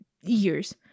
years